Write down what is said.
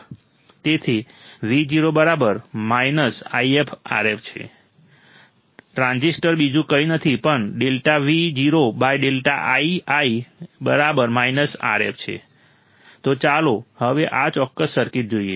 તેથી Vo If Rf transresistance બીજું કંઈ નથી પણ તો ચાલો હવે આ ચોક્કસ સર્કિટ જોઈએ